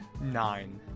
Nine